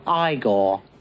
Igor